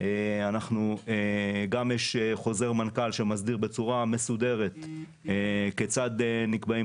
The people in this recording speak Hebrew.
גם יש חוזר מנכ"ל שמסדיר בצורה מסודרת כיצד נקבעים